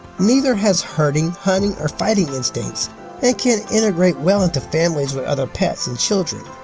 neither has herding, hunting or fighting instincts and can integrate well into families with other pets and children.